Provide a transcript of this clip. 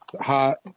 hot